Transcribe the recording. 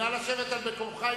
נא לשבת על מקומך,